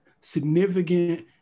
significant